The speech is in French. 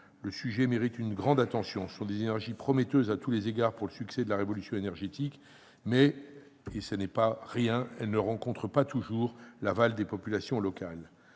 Le sujet mérite une grande attention : ce sont des énergies prometteuses, à tous les égards, pour le succès de la révolution énergétique, mais- cela n'est pas rien -elles ne rencontrent pas toujours l'aval des populations locales.